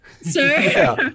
sir